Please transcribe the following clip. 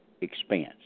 expense